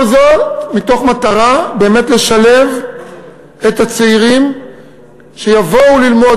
כל זאת מתוך מטרה באמת לשלב את הצעירים שיבואו ללמוד